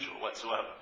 whatsoever